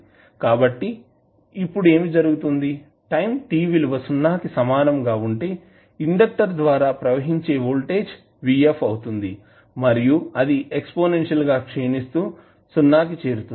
కాబట్టి ఇప్పుడు ఏమి జరుగుతుంది టైం t విలువ 0 కి సమానంగా ఉంటే ఇండెక్టర్ ద్వారా ప్రవహించే వోల్టేజ్ vf అవుతుంది మరియు అది ఎక్సపోసెన్షియల్ గా క్షిణిస్తూ 0 కి చేరుతుంది